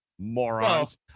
morons